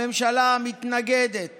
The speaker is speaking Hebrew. הממשלה מתנגדת